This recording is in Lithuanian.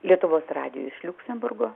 lietuvos radijuj iš liuksemburgo